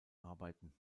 arbeiten